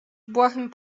błahym